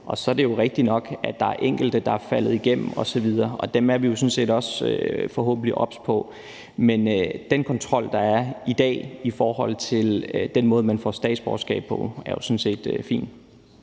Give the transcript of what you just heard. Så er det jo rigtigt nok, at der er enkelte, der er faldet igennem osv., og dem er vi forhåbentlig sådan set også obs på. Men den kontrol, der er i dag i forhold til den måde, man får statsborgerskab på, er jo sådan set fin.